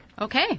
Okay